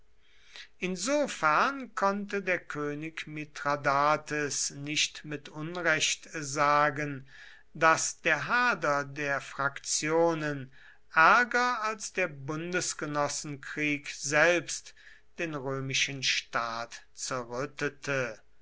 insofern konnte der könig mithradates nicht mit unrecht sagen daß der hader der faktionen ärger als der bundesgenossenkrieg selbst den römischen staat